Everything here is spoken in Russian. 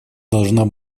должна